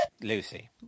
Lucy